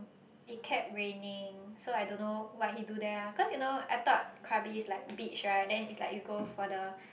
it kept raining so I don't know what he do there lah cause you know I thought Krabi is like beach right then is like you go for the